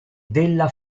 della